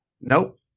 Nope